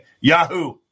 Yahoo